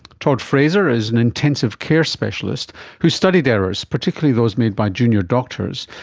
todd fraser is an intensive care specialist who studied errors, particularly those made by junior doctors,